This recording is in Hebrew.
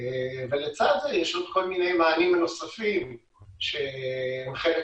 לצד זה יש עוד מענים נוספים שהם חלק